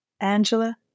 Angela